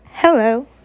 Hello